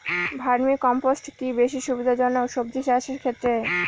Vermi compost কি বেশী সুবিধা জনক সবজি চাষের ক্ষেত্রে?